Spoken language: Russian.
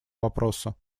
вопроса